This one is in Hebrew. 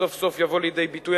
סוף-סוף הוא יבוא לידי ביטוי.